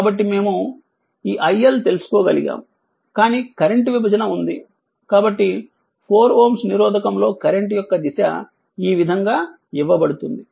కాబట్టి మేము ఈ iL తెలుసుకోగలిగాము కానీ కరెంట్ విభజన ఉంది కాబట్టి 4 Ω నిరోధకం లో కరెంట్ యొక్క దిశ ఈ విధంగా ఇవ్వబడుతుంది